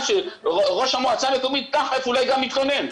שראש המועצה המקומית נחף אולי גם התלונן.